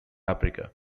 africa